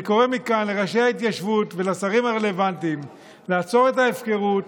אני קורא מכאן לראשי ההתיישבות ולשרים הרלוונטיים לעצור את ההפקרות